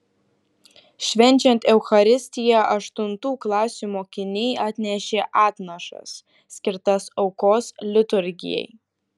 švenčiant eucharistiją aštuntų klasių mokiniai atnešė atnašas skirtas aukos liturgijai